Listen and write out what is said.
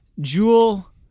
Jewel